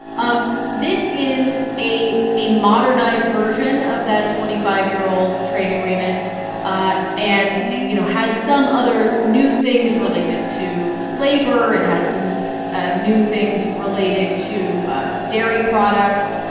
um this is a a modernized version of that twenty five year old trade agreement ah and, you know, has some other new things related to labor. it has some ah new things related to dairy products.